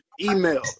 Email